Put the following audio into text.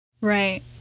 Right